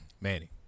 Manny